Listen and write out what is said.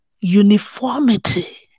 uniformity